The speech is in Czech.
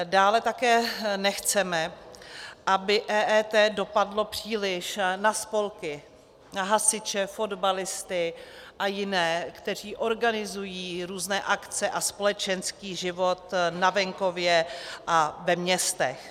Dále také nechceme, aby EET dopadlo příliš na spolky, na hasiče, fotbalisty a jiné, kteří organizují různé akce a společenský život na venkově a ve městech.